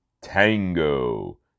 Tango